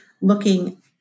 looking